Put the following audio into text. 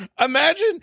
Imagine